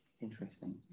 Interesting